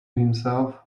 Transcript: himself